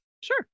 Sure